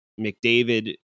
mcdavid